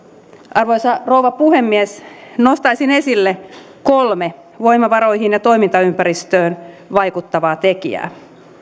arvoisa rouva puhemies nostaisin esille kolme voimavaroihin ja toimintaympäristöön vaikuttavaa tekijää